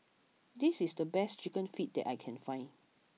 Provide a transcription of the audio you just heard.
this is the best Chicken Feet that I can find